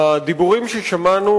הדיבורים ששמענו,